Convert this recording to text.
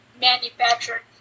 manufactured